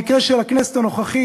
או במקרה של הכנסת הנוכחית,